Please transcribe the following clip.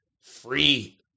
free